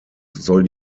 soll